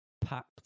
packed